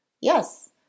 Yes